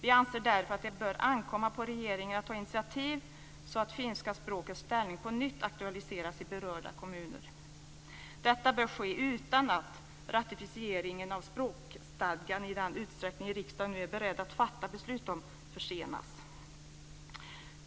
Vi anser därför att det bör ankomma på regeringen att ta initiativ så att finska språkets ställning på nytt aktualiseras i berörda kommuner. Detta bör ske utan att ratificeringen av språkstadgan i den utsträckning riksdagen nu är beredd att fatta beslut om försenas.